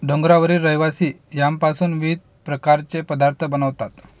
डोंगरावरील रहिवासी यामपासून विविध प्रकारचे पदार्थ बनवतात